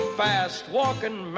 fast-walking